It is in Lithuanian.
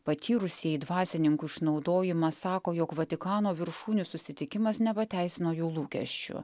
patyrusieji dvasininkų išnaudojimą sako jog vatikano viršūnių susitikimas nepateisino jų lūkesčių